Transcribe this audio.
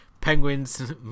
Penguin's